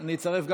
אני אצרף,